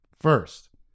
First